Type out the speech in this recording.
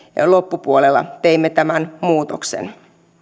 loppupuolella teimme tämän muutoksen